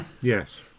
Yes